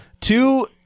two